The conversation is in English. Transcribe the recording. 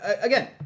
again